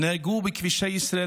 נהרגו בכבישי ישראל